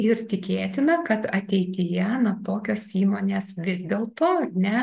ir tikėtina kad ateityje na tokios įmonės vis dėlto ar ne